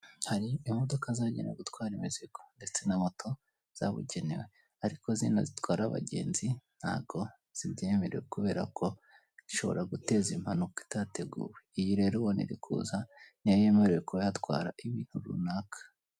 Hari imodoka zagenwe gutwara imizigo ,ndetse na moto zabugenewe, ariko zino zitwara abagenzi ntabwo zibyemerewe kubera ko zishobora guteza impanuka itateguwe, iyi rero uri kubona iri kuza niyo yemerewe kuba yatwara ibintu runaka.